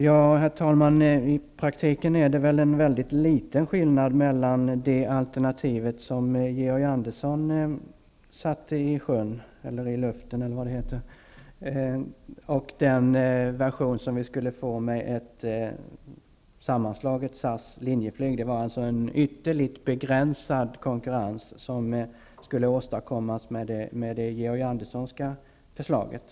Herr talman! I praktiken är det väl en mycket liten skillnad mellan det alternativ som Georg Andersson satte i sjön -- eller i luften kanske det skall heta -- och den version som vi skulle få med ett sammanslaget SAS/Linjeflyg. Det var alltså en ytterligt begränsad konkurrens som skulle åstadkommas med det Anderssonska förslaget.